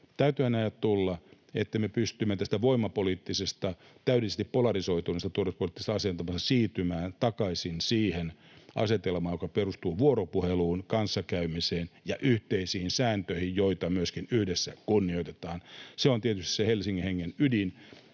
aikojen tulla, että me pystymme tästä voimapoliittisesti täydellisesti polarisoituneesta turvallisuuspoliittisesta asetelmasta siirtymään takaisin siihen asetelmaan, joka perustuu vuoropuheluun, kanssakäymiseen ja yhteisiin sääntöihin, joita myöskin yhdessä kunnioitetaan. Se on tietysti se Helsingin hengen ydin,